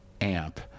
amp